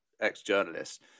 ex-journalist